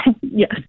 Yes